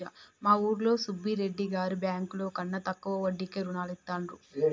మా ఊరిలో సుబ్బిరెడ్డి గారు బ్యేంకుల కన్నా తక్కువ వడ్డీకే రుణాలనిత్తండ్రు